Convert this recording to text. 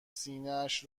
سینهاش